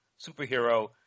superhero –